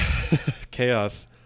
Chaos